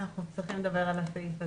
צריך לדבר על הסעיף הזה.